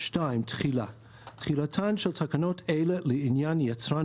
תחילה 2. תחילתן של תקנות אלה לעניין יצרן